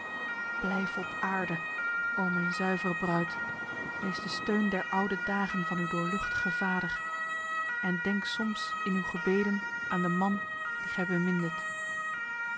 blijf op aarde o mijn zuivere bruid wees de steun der oude dagen van uw doorluchtige vader en denk soms in uw gebeden aan de man die gij bemindet